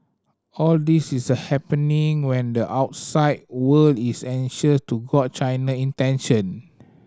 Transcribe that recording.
all this is happening when the outside world is anxious to gauge China intention